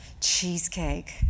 Cheesecake